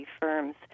firms